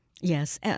Yes